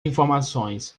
informações